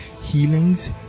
healings